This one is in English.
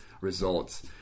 results